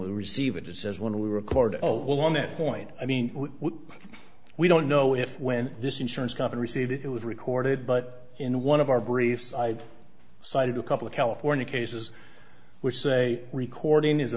we receive it it says when we record oh well on that point i mean we don't know if when this insurance company received it was recorded but in one of our briefs i cited a couple of california cases which say recording is a